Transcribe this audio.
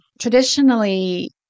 traditionally